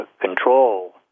control